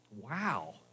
Wow